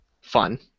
Fun